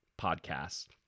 podcast